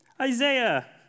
Isaiah